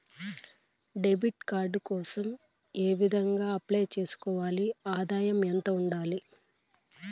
Debit card కోసం ఏ విధంగా అప్లై సేసుకోవాలి? ఆదాయం ఎంత ఉండాలి?